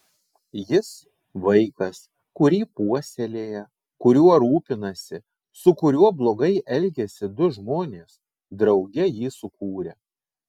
jis vaikas kurį puoselėja kuriuo rūpinasi su kuriuo blogai elgiasi du žmonės drauge jį sukūrę